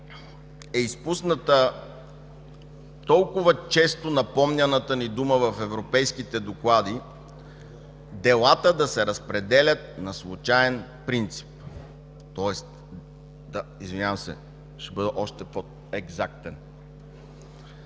е изпусната толкова често напомняната ни дума в европейските доклади делата да се разпределят на случаен принцип, тоест, извинявам се, ще бъда още по-екзактен...